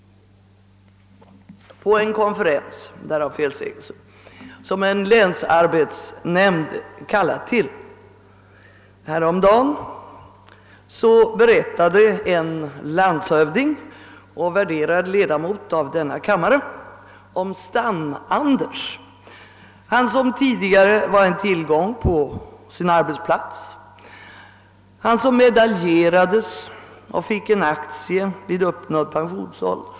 : På en konferens som en länsarbetsnämnd kallat till häromdagen berättade en landshövding och värderad ledamot av denna kammare om ' Stann-Anders, han som tidigare var en tillgång på sin arbetsplats, han som medaljerades och fick en aktie vid uppnådd pensionsålder.